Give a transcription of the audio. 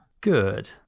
Good